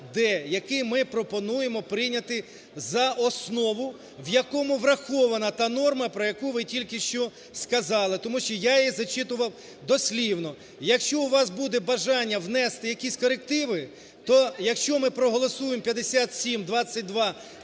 який ми пропонуємо прийняти за основу, в якому врахована та норма, про яку ви тільки що сказали, тому що я її зачитував дослівно. Якщо у вас буде бажання внести якісь корективи, то, якщо ми проголосуємо 5722-д